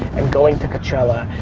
and going to coachella,